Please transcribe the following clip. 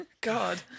God